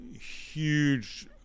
huge